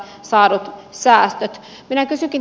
minä kysynkin teiltä